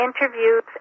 interviews